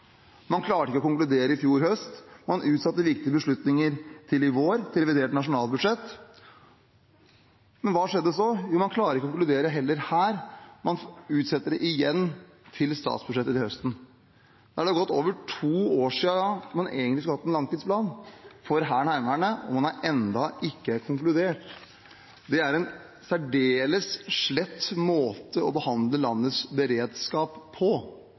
Man klarte ikke å konkludere i fjor høst, man utsatte viktige beslutninger til i vår, til revidert nasjonalbudsjett. Men hva skjedde så? Jo, man klarer ikke å konkludere her heller, man utsetter det igjen til statsbudsjettet til høsten. Da har det gått over to år siden man egentlig skulle hatt en langtidsplan for Hæren og Heimevernet, og man har ennå ikke konkludert. Det er en særdeles slett måte å behandle landets beredskap på,